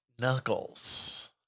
Knuckles